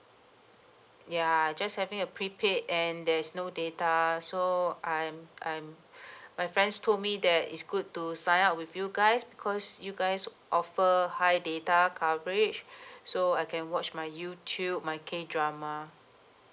ya just having a prepaid and there is no data so I'm I'm my friends told me that it's good to sign up with you guys because you guys offer high data coverage so I can watch my youtube my K drama